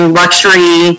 luxury